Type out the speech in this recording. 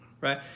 right